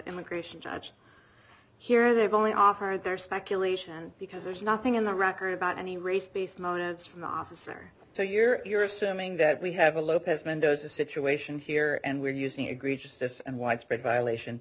immigration judge here they've only offered their speculation because there's nothing in the record about any race based motives from the officer so you're assuming that we have a lopez mendoza situation here and we're using egregious just and widespread violation